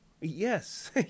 Yes